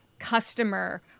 customer